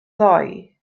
ddoe